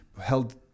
held